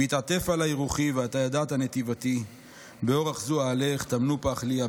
בהתעטף עלי רוחי ואתה ידעת נתיבתי באֹרח זו אהלך טמנו פח לי.